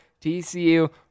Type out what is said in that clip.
TCU